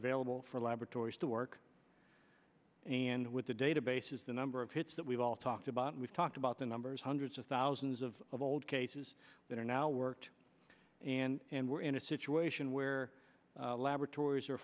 available for laboratories to work and with the databases the number of hits that we've all talked about we've talked about the numbers hundreds of thousands of of old cases that are now worked and we're in a situation where laboratories are